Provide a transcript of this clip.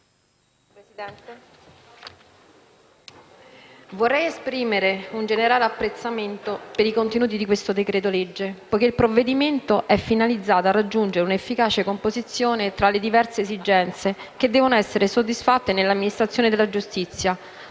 Presidente, vorrei esprimere un generale apprezzamento per i contenuti di questo decreto-legge, poiché il provvedimento è finalizzato a raggiungere un'efficace composizione tra le diverse esigenze che devono essere soddisfatte nell'amministrazione della giustizia,